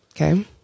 Okay